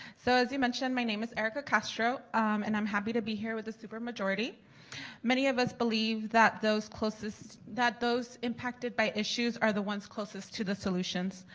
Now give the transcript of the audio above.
so as you mention my name is erica castro and i'm happy to be here with the supermajority. many of us believe that those closest those impacted by issues are the ones closest to the solutions.